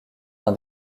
d’un